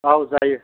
औ जायो